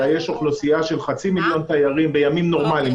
אלא יש אוכלוסייה של חצי מיליון תיירים בימים נורמליים,